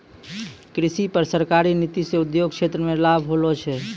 कृषि पर सरकारी नीति से उद्योग क्षेत्र मे लाभ होलो छै